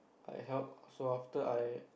I help so after I